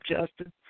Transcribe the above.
Justin